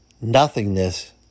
Nothingness